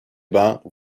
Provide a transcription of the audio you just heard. bancs